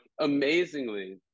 amazingly